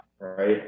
Right